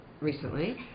recently